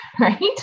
Right